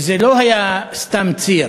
וזה לא היה סתם ציר.